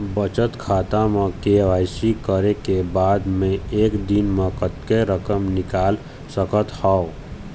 बचत खाता म के.वाई.सी करे के बाद म एक दिन म कतेक रकम निकाल सकत हव?